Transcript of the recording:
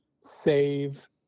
save